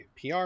PR